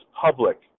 public